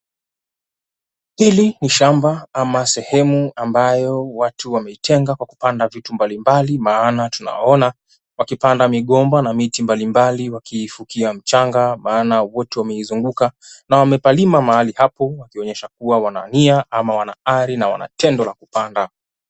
Hili ni shamba ama sehemu ambayo watu wameitenga kwa kupanda vitu mbalimbali maana tunaona wakipanda migomba na miti mbalimbali wakiifukia mchanga maana wote wameizunguka na wamepalima mahali hapo wakionyesha kuwa wana nia ama wana ari na wanatendo la kupanda.